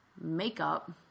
makeup